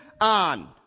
on